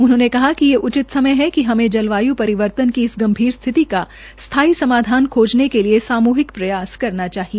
उन्होंने कहा कि वे हमें जलवाय् परिवर्तन की इस गंभीर स्थिति का स्थायी समाधान खोजने के लिए सामूहिक प्रयास करना चाहिए